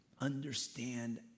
understand